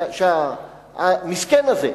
שהמסכן הזה,